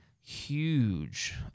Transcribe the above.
huge